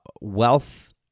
wealth